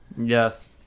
Yes